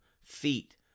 feet